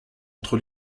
entre